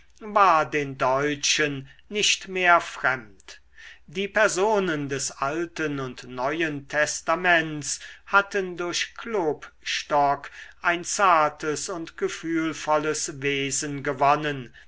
war den deutschen nicht mehr fremd die personen des alten und neuen testaments hatten durch klopstock ein zartes und gefühlvolles wesen gewonnen